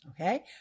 okay